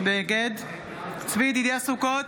נגד צבי ידידיה סוכות,